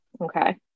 okay